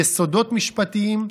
יסודות משפטיים,